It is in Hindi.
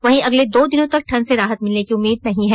वहीं अगले दो दिनों तक ठंड से राहत मिलने की उम्मीद नहीं है